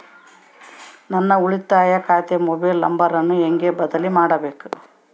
ನನ್ನ ಉಳಿತಾಯ ಖಾತೆ ಮೊಬೈಲ್ ನಂಬರನ್ನು ಹೆಂಗ ಬದಲಿ ಮಾಡಬೇಕು?